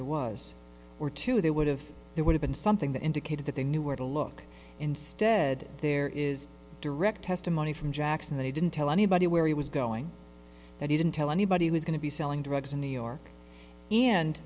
y was or two they would have they would have been something that indicated that they knew where to look instead there is direct testimony from jackson that he didn't tell anybody where he was going and he didn't tell anybody who's going to be selling drugs in new york and